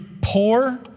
poor